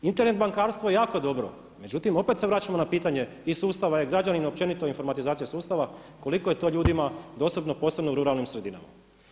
Internet bankarstvo je jako dobro međutim opet se vraćamo na pitanje i sustava e-građanin, općenito informatizacija sustava, koliko je to ljudima dostupno, posebno u ruralnim sredinama.